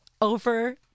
Over